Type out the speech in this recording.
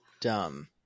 dumb